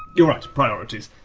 you're right priorities.